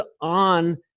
on